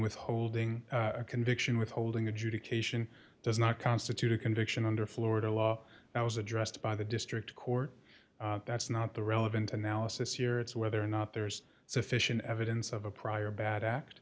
withholding a conviction withholding adjudication does not constitute a conviction under florida law that was addressed by the district court that's not the relevant analysis year it's whether or not there's sufficient evidence of a prior bad act